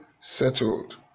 settled